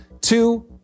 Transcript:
Two